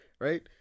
Right